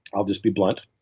i'll just be blunt.